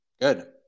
Good